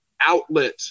outlet